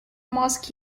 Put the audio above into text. most